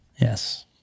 Yes